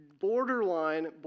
borderline